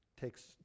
takes